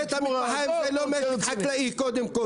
בית המטבחיים זה לא משק חקלאי קודם כל,